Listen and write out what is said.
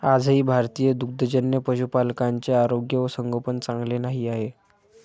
आजही भारतीय दुग्धजन्य पशुपालकांचे आरोग्य व संगोपन चांगले नाही आहे